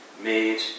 made